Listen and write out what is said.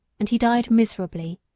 and he died miserably,